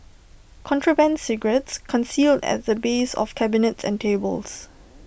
contraband cigarettes concealed at the base of cabinets and tables